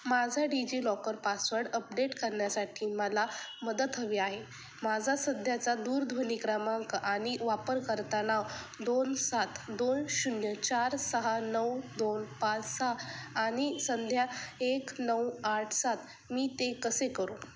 माझा DigiLocker password update करण्यासाठी मला मदत हवी आहे माझा सध्याचा दूरध्वनी क्रमांक आणि वापरकर्ता नाव दोन सात दोन शून्य चार सहा नऊ दोन पाच सहा आणि संध्या एक नऊ आठ सात मी ते कसे करू